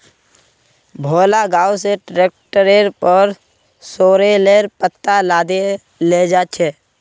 भोला गांव स ट्रैक्टरेर पर सॉरेलेर पत्ता लादे लेजा छ